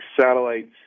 satellites